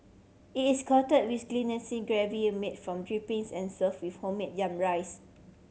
it is coated with glistening gravy a made from drippings and serve with homemade yam rice